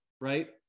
right